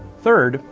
third,